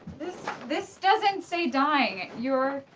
this this doesn't say dying. you're,